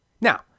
Now